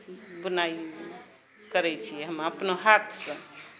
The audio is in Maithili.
बुनाइ करै छियै हमऽ अपना हाथसँ